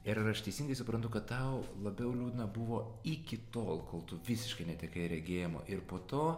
ir ar aš teisingai suprantu kad tau labiau liūdna buvo iki tol kol tu visiškai netekai regėjimo ir po to